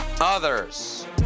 others